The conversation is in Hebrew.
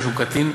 שהוא קטין,